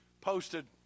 posted